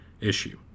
issue